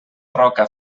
roca